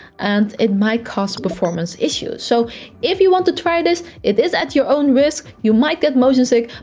and it might cause performance issues. so if you want to try this, it is at your own risk, you might get motion sick,